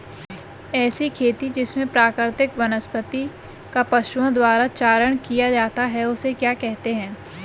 ऐसी खेती जिसमें प्राकृतिक वनस्पति का पशुओं द्वारा चारण किया जाता है उसे क्या कहते हैं?